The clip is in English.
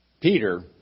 Peter